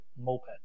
moped